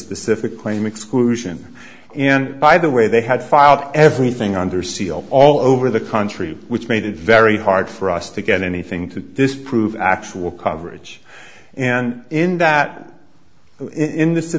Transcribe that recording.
specific claim exclusion and by the way they had filed everything under seal all over the country which made it very hard for us to get anything to this prove actual coverage and in that in